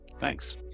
Thanks